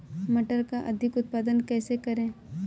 मटर का अधिक उत्पादन कैसे करें?